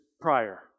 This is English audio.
prior